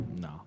No